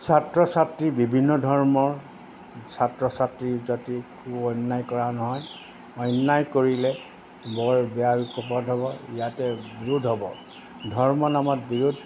ছাত্ৰ ছাত্ৰী বিভিন্ন ধৰ্মৰ ছাত্ৰ ছাত্ৰী যদি খুব অন্যায় কৰা নহয় অন্যাই কৰিলে বৰ বেয়া খবৰ হ'ব ইয়াতে বিৰোধ হ'ব ধৰ্ম নামত বিৰোধ